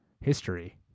history